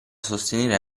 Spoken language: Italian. sostenere